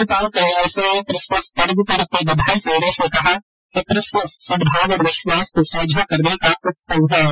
राज्यपाल कल्याण सिंह ने किसमस पर्व पर अपने बधाई संदेश में कहा कि किसमस सद्भाव और विश्वास को साझा करने का उत्सव है